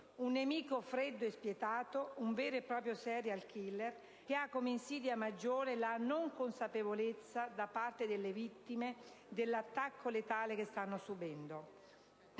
un nemico freddo e spietato, un vero e proprio *serial killer*, che ha come insidia maggiore la non consapevolezza da parte delle vittime dell'attacco letale che stanno subendo.